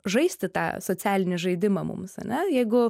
žaisti tą socialinį žaidimą mums ane jeigu